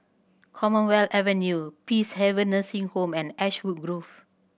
Commonwealth Avenue Peacehaven Nursing Home and Ashwood Grove